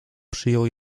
przyjął